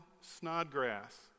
Snodgrass